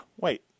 wait